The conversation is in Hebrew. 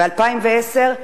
ב-2010,